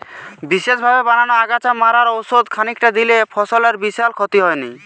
বিশেষভাবে বানানা আগাছা মারার ওষুধ খানিকটা দিলে ফসলের বিশাল ক্ষতি হয়নি